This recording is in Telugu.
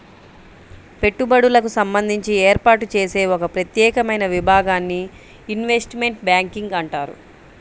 పెట్టుబడులకు సంబంధించి ఏర్పాటు చేసే ఒక ప్రత్యేకమైన విభాగాన్ని ఇన్వెస్ట్మెంట్ బ్యాంకింగ్ అంటారు